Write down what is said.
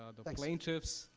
the like plaintiff's,